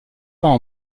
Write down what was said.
peint